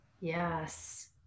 Yes